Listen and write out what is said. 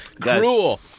Cruel